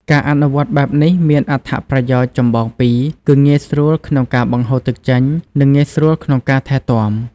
ការអនុវត្តបែបនេះមានអត្ថប្រយោជន៍ចម្បងពីរគឺ ងាយស្រួលក្នុងការបង្ហូរទឹកចេញ និងងាយស្រួលក្នុងការថែទាំ។